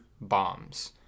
bombs